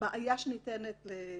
בעיה שניתנת לפתרון,